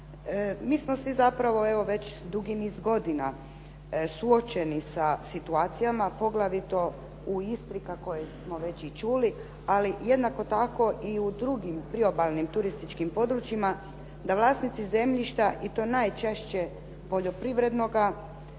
Mi smo svi zapravo evo već dugi niz godina suočeni sa situacijama, a poglavito u Istri kako smo već i čuli. Ali jednako tako i u drugim priobalnim turističkim područjima, da vlasnici zemljišta i to najčešće poljoprivrednoga